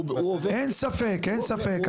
אין ספק, אין ספק.